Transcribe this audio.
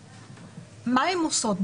מה הן עושות?